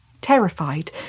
Terrified